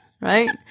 Right